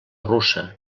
russa